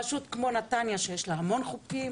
רשות כמו נתניה שיש לה המון חופים,